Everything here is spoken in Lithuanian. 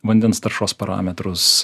vandens taršos parametrus